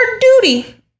duty